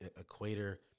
equator